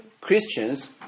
Christians